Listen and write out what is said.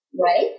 Right